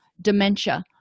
dementia